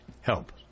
help